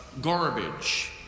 garbage